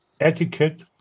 etiquette